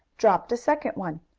dropped a second one.